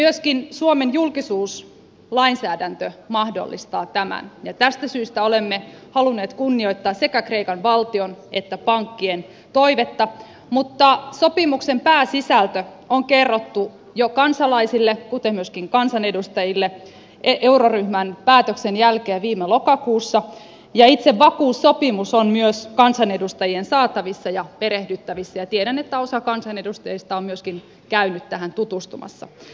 myöskin suomen julkisuuslainsäädäntö mahdollistaa tämän ja tästä syystä olemme halunneet kunnioittaa sekä kreikan valtion että pankkien toivetta mutta sopimuksen pääsisältö on kerrottu jo kansalaisille kuten myöskin kansanedustajille euroryhmän päätöksen jälkeen viime lokakuussa ja itse vakuussopimus on myös kansanedustajien saatavissa ja perehdyttävissä ja tiedän että osa kansanedustajista on myöskin käynyt tähän tutustumassa